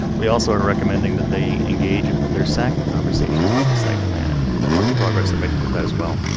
we also are recommending that they engage their sac in conversations about the site plan and and the progress they're making with that as well.